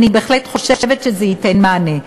אני בהחלט חושבת שזה ייתן מענה.